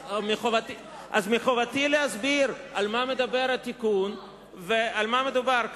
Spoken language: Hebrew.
אז מחובתי להסביר על מה מדבר התיקון ועל מה מדובר כאן.